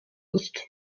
ist